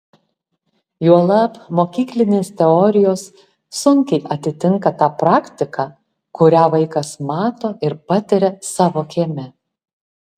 juolab mokyklinės teorijos sunkiai atitinka tą praktiką kurią vaikas mato ir patiria savo kieme